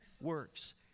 works